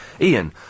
Ian